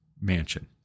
mansion